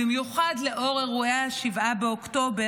במיוחד לאור אירועי 7 באוקטובר,